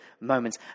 moments